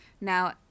Now